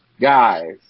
guys